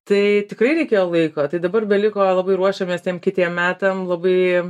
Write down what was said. tai tikrai reikėjo laiko tai dabar beliko labai ruošiamės tiem kitiem metam labai